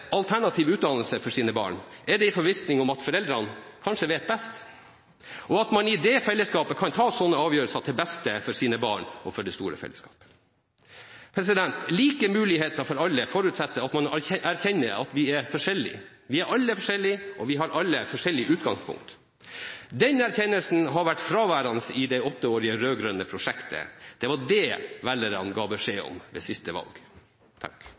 alternativ utdannelse for sine barn, er det i forvissning om at foreldrene kanskje vet best, og at man i det fellesskapet kan ta sånne avgjørelser til beste for sine barn og for det store fellesskapet. Like muligheter for alle forutsetter at vi erkjenner at vi alle er forskjellige, og at vi alle har forskjellig utgangspunkt. Den erkjennelsen har vært fraværende i det åtteårige rød-grønne prosjektet. Det var det velgerne ga beskjed om ved siste valg.